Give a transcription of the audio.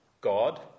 God